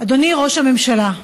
אדוני ראש הממשלה,